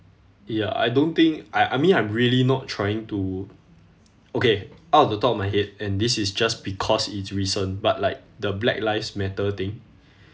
ya I don't think I I mean I'm really not trying to okay out of the top of my head and this is just because it's recent but like the black lives matter thing